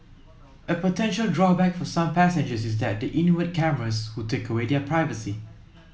a potential drawback for some passengers is that the inward cameras would take away their privacy